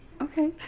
Okay